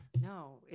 No